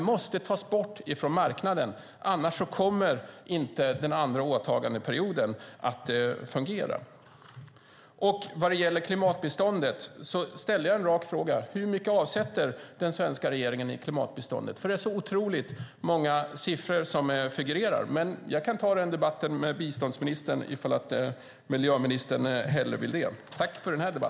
De måste tas bort från marknaden, för annars kommer inte den andra åtagandeperioden att fungera. Vad gäller klimatbiståndet ställde jag en rak fråga. Hur mycket avsätter den svenska regeringen i klimatbistånd? Det figurerar nämligen otroligt många siffror. Jag kan dock ta den debatten med biståndsministern om miljöministern hellre vill det.